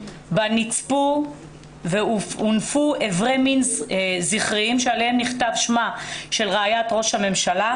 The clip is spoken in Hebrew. נצפו והונפו אברי מין זכריים עליהם נכתב שמה של רעיית ראש הממשלה,